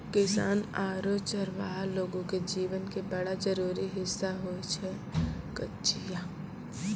किसान आरो चरवाहा लोगो के जीवन के बड़ा जरूरी हिस्सा होय छै कचिया